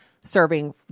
serving